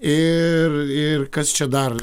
ir ir kas čia dar